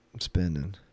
spending